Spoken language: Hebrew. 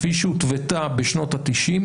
כפי שהותוותה בשנות ה-90,